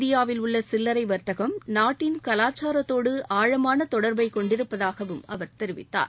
இந்தியாவில் உள்ள சில்லரை வர்த்தகம் நாட்டின் கலாச்சாரத்தோடு ஆழமான தொடர்பை கொண்டிருப்பதாகவும் அவர் தெரிவித்தார்